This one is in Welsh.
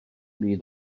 byd